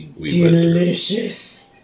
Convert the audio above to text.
delicious